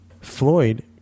Floyd